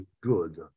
good